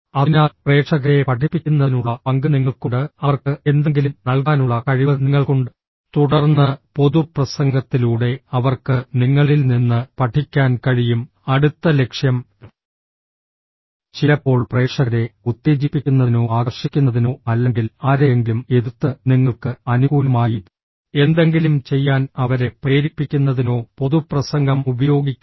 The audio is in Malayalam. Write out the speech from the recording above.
അതിനാൽ പ്രേക്ഷകരെ പഠിപ്പിക്കുന്നതിനുള്ള പങ്ക് നിങ്ങൾക്കുണ്ട് അവർക്ക് എന്തെങ്കിലും നൽകാനുള്ള കഴിവ് നിങ്ങൾക്കുണ്ട് തുടർന്ന് പൊതുപ്രസംഗത്തിലൂടെ അവർക്ക് നിങ്ങളിൽ നിന്ന് പഠിക്കാൻ കഴിയും അടുത്ത ലക്ഷ്യം ചിലപ്പോൾ പ്രേക്ഷകരെ ഉത്തേജിപ്പിക്കുന്നതിനോ ആകർഷിക്കുന്നതിനോ അല്ലെങ്കിൽ ആരെയെങ്കിലും എതിർത്ത് നിങ്ങൾക്ക് അനുകൂലമായി എന്തെങ്കിലും ചെയ്യാൻ അവരെ പ്രേരിപ്പിക്കുന്നതിനോ പൊതുപ്രസംഗം ഉപയോഗിക്കാം